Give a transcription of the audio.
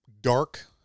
dark